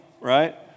right